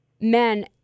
men